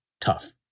tough